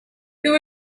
who